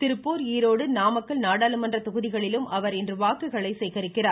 திருப்பூர் ஈரோடு நாமக்கல் நாடாளுமன்ற தொகுதிகளிலும் அவர் இன்று வாக்குகளை சேகரிக்கிறார்